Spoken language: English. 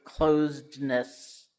closedness